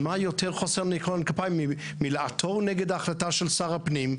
מה יותר חוסר ניקיון כפיים מלעתור נגד ההחלטה של שר הפנים,